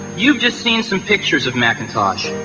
you've just seen some pictures of macintosh